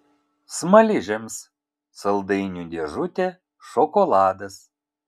smaližiams saldainių dėžutė šokoladas